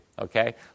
Okay